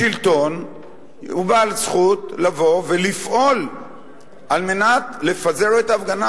השלטון הוא בעל זכות לבוא ולפעול לפזר את ההפגנה,